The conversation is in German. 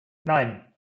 nein